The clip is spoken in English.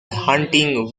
hunting